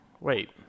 Wait